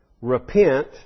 Repent